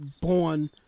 born